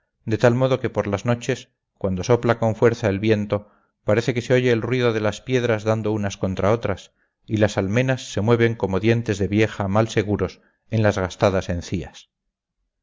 de tal modo que por las noches cuando sopla con fuerza el viento parece que se oye el ruido de las piedras dando unas contra otras y las almenas se mueven como dientes de vieja mal seguros en las gastadas encías